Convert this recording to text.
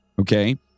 Okay